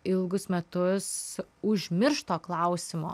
ilgus metus užmiršto klausimo